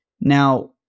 Now